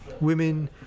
women